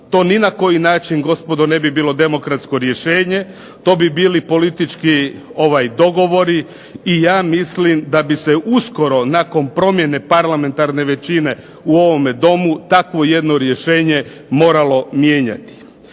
To ni na koji način gospodo ne bi bilo demokratsko rješenje. To bi bili politički dogovori i ja mislim da bi se uskoro nakon promjene parlamentarne većine u ovome Domu takvo jedno rješenje moralo mijenjati.